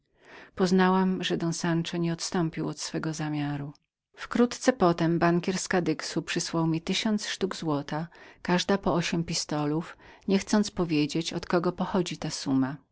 poznałam że don sanszo nie odstąpił od swego zamiaru w kilka czasów potem bankier z kadyxu przysłał mi tysiąc sztuk złota każda po ośm pistolów niechcąc powiedzieć od kogo pochodziła ta summa